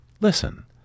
listen